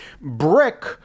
brick